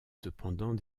cependant